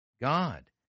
God